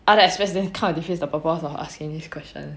other expense then it kind of defeats the purpose of asking this question